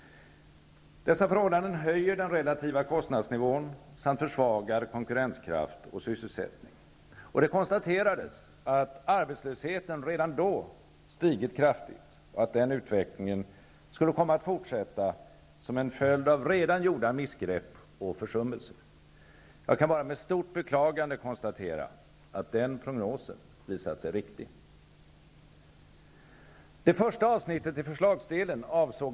Dessa förhållanden höjer den relativa kostnadsnivån samt försvagar konkurrenskraft och sysselsättning. Det konstaterades att arbetslösheten redan då stigit kraftigt och att den utvecklingen skulle komma att fortsätta som en följd av redan gjorda missgrepp och försummelser. Jag kan bara med stort beklagande konstatera att den prognosen visat sig riktig.